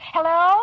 Hello